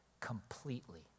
Completely